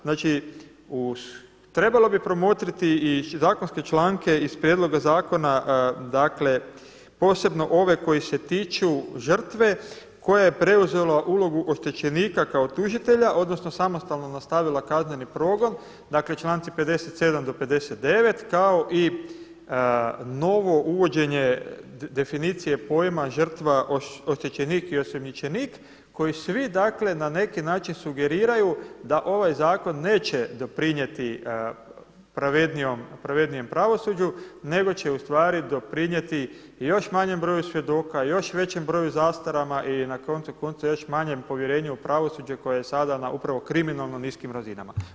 Znači trebalo bi promotriti i zakonske članke iz prijedloga zakona, dakle posebno ove koji se tiču žrtve koje je preuzelo ulogu oštećenika kao tužitelja odnosno samostalno nastavila kazneni progon, dakle članci 57. do 59. kao i novo uvođenje definicije pojma žrtva, oštećenik i osumnjičenik kojoj svi dakle na neki način sugeriraju da ovaj zakon neće doprinijeti pravednijem pravosuđu nego će ustvari doprinijeti i još manjem broju svjedoka i još većem broju zastarama i na koncu konca još manjem povjerenju u pravosuđe koji je sada na upravo kriminalno niskim razinama.